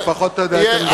אבל לפחות אתה יודע את עמדתי.